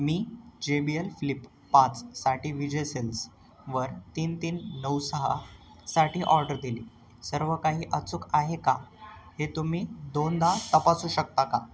मी J B L flip पाचसाठी विजय सेल्सवर तीन तीन नऊ सहासाठी ऑर्डर दिली सर्व काही अचूक आहे का हे तुम्ही दोनदा तपासू शकता का